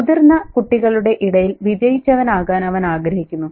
മുതിർന്ന കുട്ടികളുടെ ഇടയിൽ വിജയിച്ചവൻ ആകാൻ അവൻ ആഗ്രഹിക്കുന്നു